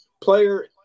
player